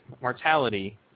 mortality